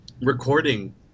recording